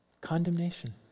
Condemnation